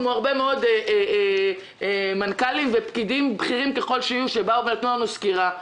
כמו הרבה מאוד מנכ"לים ופקידים בכירים ככל שיהיו שבאו ונתנו לנו סקירה.